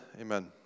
amen